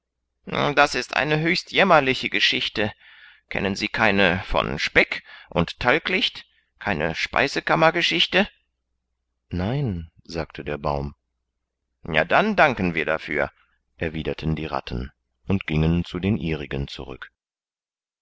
das ist eine höchst jämmerliche geschichte kennen sie keine von speck und talglicht keine speise kammergeschichte nein sagte der baum ja dann danken wir dafür erwiderten die ratten und gingen zu den ihrigen zurück